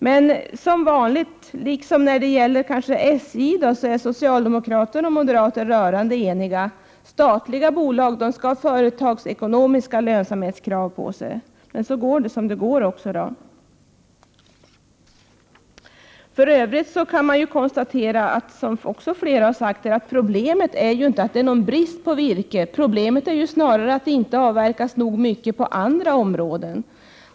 Men som vanligt, liksom när det gäller SJ, är socialdemokrater och moderater rörande eniga: statliga bolag skall ha företagsekonomiska lönsamhetskrav på sig — men så går det som det går också. För övrigt kan jag konstatera, vilket flera här har gjort, att problemet inte är brist på virke, utan det är snarare att det inte avverkas nog mycket i andra områden.